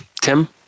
Tim